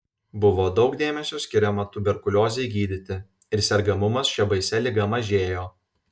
buvo daug dėmesio skiriama tuberkuliozei gydyti ir sergamumas šia baisia liga mažėjo